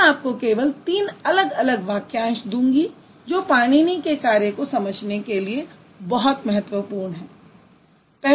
मैं आपको केवल तीन अलग अलग वाक्यांश दूँगी जो पाणिनी के कार्य को समझने के लिए बहुत महत्वपूर्ण हैं